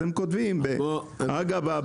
אגב,